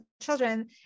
children